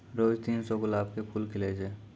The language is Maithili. रोज तीन सौ गुलाब के फूल खिलै छै